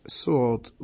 salt